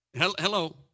Hello